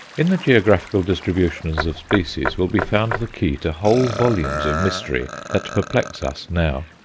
in the geographical distinctions of species will be found the key to whole volumes of mystery that perplex us now.